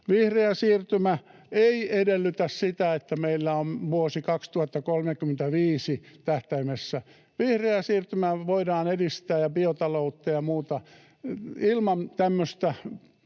Vihreä siirtymä ei edellytä sitä, että meillä on vuosi 2035 tähtäimessä. Vihreää siirtymää ja biotaloutta ja muuta voidaan edistää